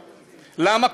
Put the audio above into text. למה?